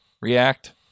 React